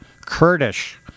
Kurdish